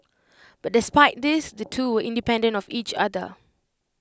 but despite this the two were independent of each other